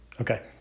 Okay